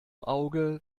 auge